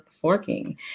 Forking